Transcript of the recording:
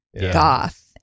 goth